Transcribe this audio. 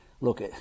look